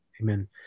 Amen